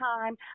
time